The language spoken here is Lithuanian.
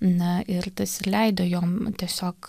na ir tas leido jom tiesiog